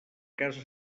casa